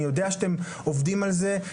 אני יודע שאתם עובדים על זה,